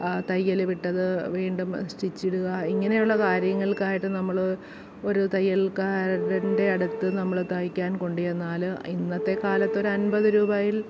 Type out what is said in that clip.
തയ്യല് വിട്ടത് വീണ്ടും സ്റ്റിച്ച് ഇടുക ഇങ്ങനെയുള്ള കാര്യങ്ങൾക്കായിട്ട് നമ്മൾ ഒരു തയ്യൽക്കാരൻ്റെ അടുത്ത് നമ്മൾ തയ്ക്കാൻ കൊണ്ടു ചെന്നാൽ ഇന്നത്തെ കാലത്ത് ഒരു അമ്പത് രൂപയിൽ